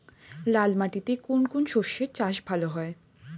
লাল মাটিতে কোন কোন শস্যের চাষ ভালো হয়?